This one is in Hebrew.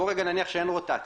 בואו רגע נניח שאין רוטציה,